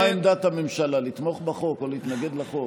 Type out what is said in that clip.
מה עמדת הממשלה, לתמוך בחוק או להתנגד לחוק?